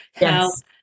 Yes